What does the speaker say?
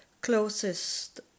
closest